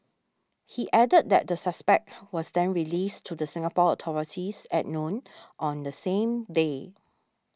he added that the suspect was then released to the Singapore authorities at noon on the same day